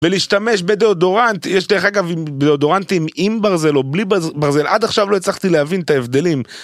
ולהשתמש בדיאודורנט, יש דרך אגב בדיאודורנטים עם ברזל או בלי ברזל, עד עכשיו לא הצלחתי להבין את ההבדלים.